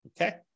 Okay